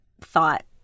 thought